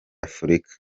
afurika